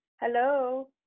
hello